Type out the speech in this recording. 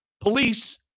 police